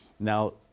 now